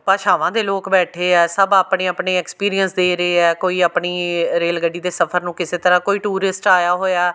ਭਾਸ਼ਾਵਾਂ ਦੇ ਲੋਕ ਬੈਠੇ ਆ ਸਭ ਆਪਣੀ ਆਪਣੀ ਐਕਸਪੀਰੀਅੰਸ ਦੇ ਰਹੇ ਆ ਕੋਈ ਆਪਣੀ ਰੇਲ ਗੱਡੀ ਦੇ ਸਫ਼ਰ ਨੂੰ ਕਿਸੇ ਤਰ੍ਹਾਂ ਕੋਈ ਟੂਰਿਸਟ ਆਇਆ ਹੋਇਆ